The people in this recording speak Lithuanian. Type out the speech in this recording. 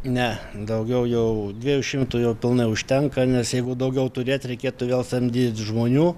ne daugiau jau dviejų šimtų jau pilnai užtenka nes jeigu daugiau turėt reikėtų vėl samdyt žmonių